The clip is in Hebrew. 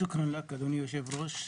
שוקראן, אדוני היושב-ראש.